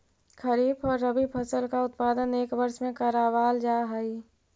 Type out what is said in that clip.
खरीफ और रबी फसल का उत्पादन एक वर्ष में करावाल जा हई